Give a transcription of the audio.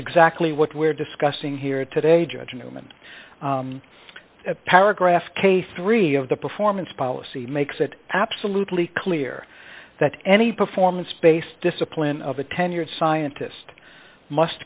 exactly what we're discussing here today judge and a paragraph case three of the performance policy makes it absolutely clear that any performance based discipline of a tenured scientist must